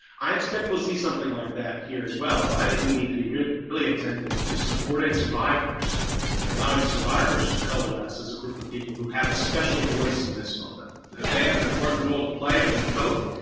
i expect we'll see something like that here as well. but i think we need to be really, really attentive to supporting survivors and allowing survivors to coalesce as a group of people who have a special voice in this moment because yeah they have an important role to play as we cope.